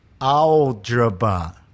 algebra